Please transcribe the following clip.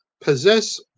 possess